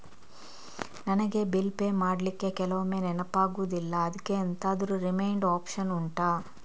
ನನಗೆ bill pay ಮಾಡ್ಲಿಕ್ಕೆ ಕೆಲವೊಮ್ಮೆ ನೆನಪಾಗುದಿಲ್ಲ ಅದ್ಕೆ ಎಂತಾದ್ರೂ ರಿಮೈಂಡ್ ಒಪ್ಶನ್ ಉಂಟಾ